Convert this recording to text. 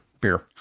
beer